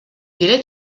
délai